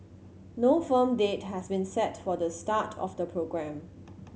no firm date has been set for the start of the programme